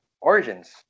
origins